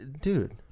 dude